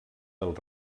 del